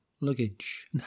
luggage